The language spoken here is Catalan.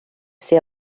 ser